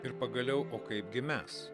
ir pagaliau o kaipgi mes